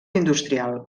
industrial